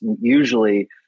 usually